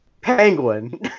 Penguin